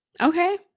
Okay